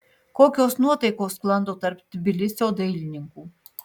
kokios nuotaikos sklando tarp tbilisio dailininkų